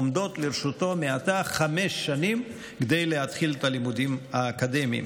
עומדות לרשותו מעתה חמש שנים כדי להתחיל את הלימודים האקדמיים.